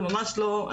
זה ממש לא.